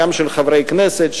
גם של חברי כנסת,